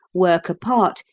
work apart,